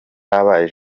habaye